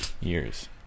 Years